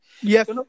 Yes